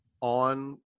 on